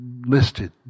listed